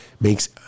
makes